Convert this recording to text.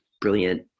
brilliant